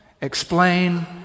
explain